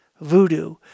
voodoo